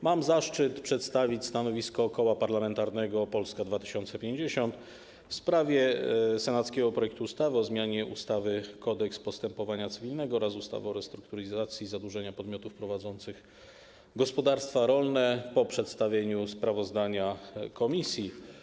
Mam zaszczyt przedstawić stanowisko Koła Parlamentarnego Polska 2050 w sprawie senackiego projektu ustawy o zmianie ustawy - Kodeks postępowania cywilnego oraz ustawy o restrukturyzacji i zadłużeniu podmiotów prowadzących gospodarstwa rolne po przedstawieniu sprawozdania komisji.